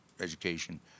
education